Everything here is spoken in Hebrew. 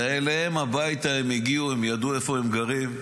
ואליהם הביתה הם הגיעו, הם ידעו איפה הם גרים,